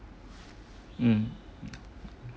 mm